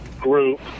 group